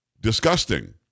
disgusting